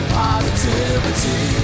positivity